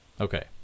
Okay